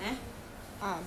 what is her previous